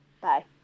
bye